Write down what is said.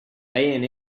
ann